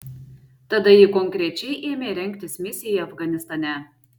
tada ji konkrečiai ėmė rengtis misijai afganistane